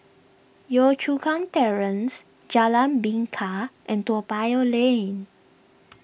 Yio Chu Kang Terrace Jalan Bingka and Toa Payoh Lane